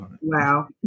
Wow